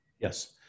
Yes